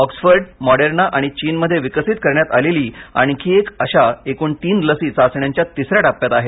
Oxford Moderna आणि चीनमध्ये विकसित करण्यात आलेली आणखी एक अशा एकूण तीन लसी चाचण्यांच्या तिसऱ्या टप्प्यात आहेत